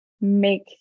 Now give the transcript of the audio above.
make